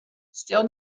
still